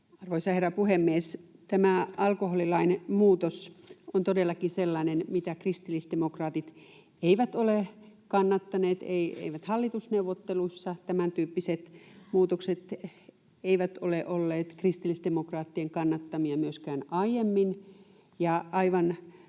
Arvoisa herra puhemies! Tämä alkoholilain muutos on todellakin sellainen, mitä kristillisdemokraatit eivät ole kannattaneet, eivät hallitusneuvotteluissa, eivätkä tämäntyyppiset muutokset ole olleet kristillisdemokraattien kannattamia myöskään aiemmin.